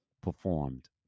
performed